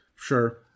Sure